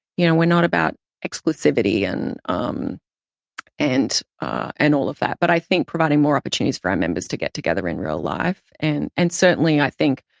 you know, we're not about exclusivity and um and ah and all of that. but i think providing more opportunities for our members to get together in real life, and and certainly i think,